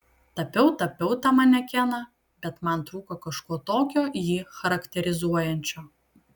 tapiau tapiau tą manekeną bet man trūko kažko tokio jį charakterizuojančio